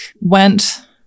went